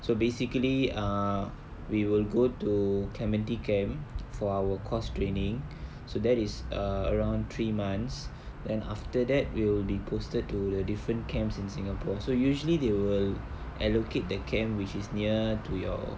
so basically err we will go to clementi camp for our course training so that is err around three months then after that will be posted to the different camps in singapore so usually they will allocate the camp which is near to your